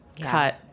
cut